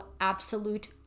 absolute